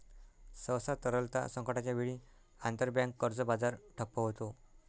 सहसा, तरलता संकटाच्या वेळी, आंतरबँक कर्ज बाजार ठप्प होतो